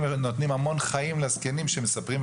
נותנים הרבה חיים לזקנים שמספרים.